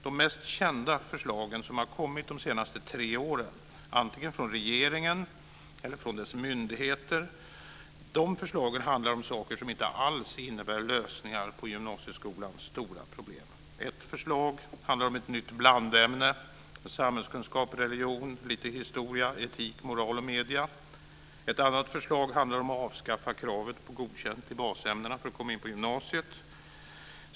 De mest kända förslagen som under de senaste tre åren har kommit från antingen regeringen eller dess myndigheter handlar om sådant som inte alls innebär lösningar på gymnasieskolans stora problem. Ett förslag handlar om ett nytt blandämne med samhällskunskap, religion, lite historia, etik, moral och medier. Ett annat förslag handlar om handlar om att avskaffa kravet på godkänt i basämnena för att komma in på gymnasiet.